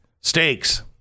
stakes